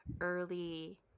early